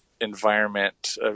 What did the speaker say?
environment